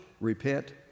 repent